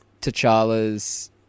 T'Challa's